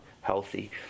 healthy